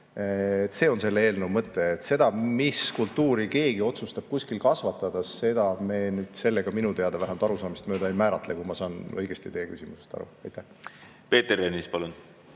See on selle eelnõu mõte. Seda, mis kultuuri keegi otsustab kuskil kasvatada, me nüüd selle eelnõuga vähemalt minu arusaamist mööda ei määratle. Kui ma saan õigesti teie küsimusest aru. Peeter Ernits, palun!